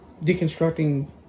deconstructing